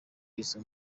izo